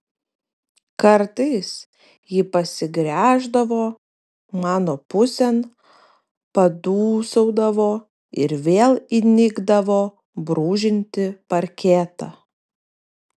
kartais ji pasigręždavo mano pusėn padūsaudavo ir vėl įnikdavo brūžinti parketą